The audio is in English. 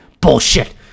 Bullshit